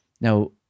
Now